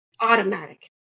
automatic